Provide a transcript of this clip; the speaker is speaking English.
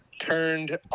turned